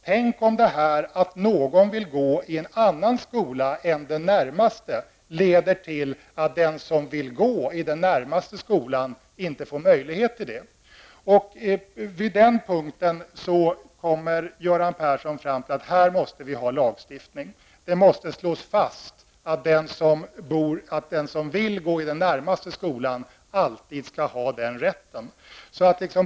Tänk om detta att någon vill gå i en annan skola än den närmaste leder till att den som vill gå i den närmaste skolan inte får möjlighet härtill. På denna punkt kommer Göran Persson fram till att vi måste ha lagstiftning. Det måste slås fast att den som vill gå i den närmaste skolan alltid skall ha den rätten.